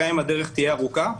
גם אם הדרך תהיה ארוכה,